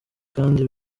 kandi